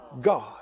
God